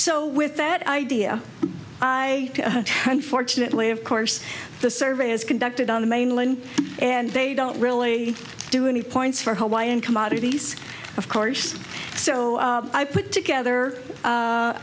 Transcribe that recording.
so with that idea i try unfortunately of course the survey is conducted on the mainland and they don't really do any points for hawaiian commodities of course so i put together